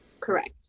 Correct